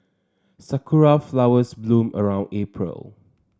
sakura flowers bloom around April